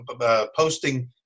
posting